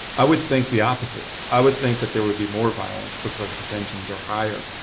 i would think the opposite. i would think that there would be more violence because the tensions are higher.